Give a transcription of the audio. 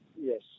Yes